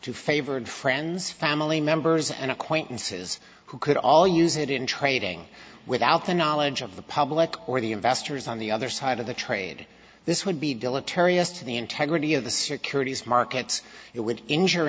to favored friends family members and acquaintances who could all use it in trading without the knowledge of the public or the investors on the other side of the trade this would be deleterious to the integrity of the securities markets it would injure